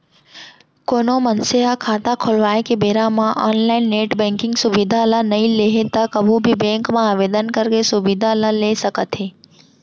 कोनो मनसे ह खाता खोलवाए के बेरा म ऑनलाइन नेट बेंकिंग सुबिधा ल नइ लेहे त कभू भी बेंक म आवेदन करके सुबिधा ल ल सकत हे